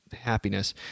happiness